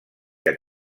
que